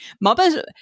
Mama's